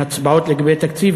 הצבעות לגבי התקציב,